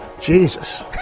Jesus